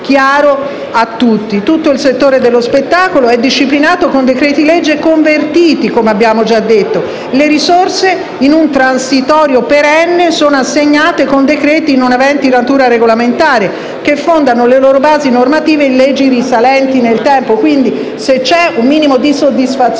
chiaro a tutti. Tutto il settore dello spettacolo è disciplinato con decreti-legge convertiti, come abbiamo già ricordato. Le risorse, in un transitorio perenne, sono assegnate con decreti non aventi natura regolamentare, che fondano le loro basi normative su leggi risalenti nel tempo. Pertanto, se c'è un minimo di soddisfazione,